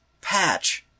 patch